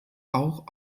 auch